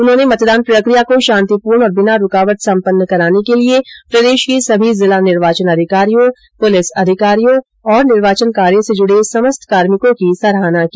उन्होंने मतदान प्रक्रिया को शांतिपूर्ण और बिना रूकावट संपन्न कराने के लिये प्रदेश के सभी जिला निर्वाचन अधिकारियों पुलिस अधिकारियों और निर्वाचन कार्य से जुड़े समस्त कार्मिकों की सराहना की